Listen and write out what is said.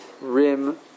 rim